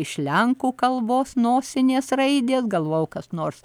iš lenkų kalbos nosinės raidės galvojau kas nors